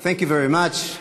Thank you very much .